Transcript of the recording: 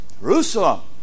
Jerusalem